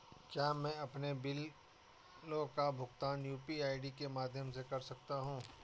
क्या मैं अपने बिलों का भुगतान यू.पी.आई के माध्यम से कर सकता हूँ?